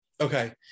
Okay